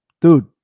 dude